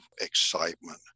excitement